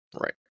Right